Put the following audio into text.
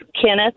kenneth